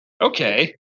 okay